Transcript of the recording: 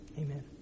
amen